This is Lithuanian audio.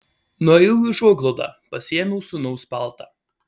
nuėjau į užuoglaudą pasiėmiau sūnaus paltą